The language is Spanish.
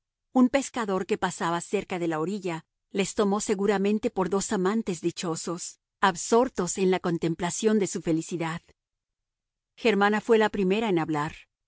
un pescador que pasaba cerca de la orilla les tomó seguramente por dos amantes dichosos absortos en la contemplación de su felicidad germana fue la primera en hablar